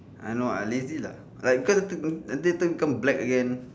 uh no I lazy lah like because nanti nanti turn become black again